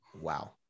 Wow